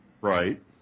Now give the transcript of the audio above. Right